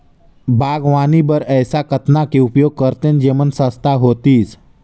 बागवानी बर ऐसा कतना के उपयोग करतेन जेमन सस्ता होतीस?